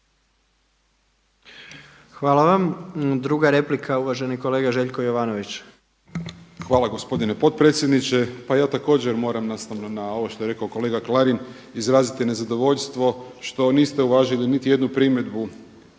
Hvala vam. Druga replika uvaženi kolega Željko Jovanović. **Jovanović, Željko (SDP)** Hvala gospodine potpredsjedniče. Pa ja također moram nastavno na ovo što je rekao kolega Klarin izraziti nezadovoljstvo što niste uvažili niti jednu primjedbu